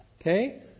Okay